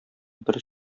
бер